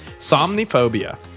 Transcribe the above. Somniphobia